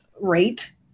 rate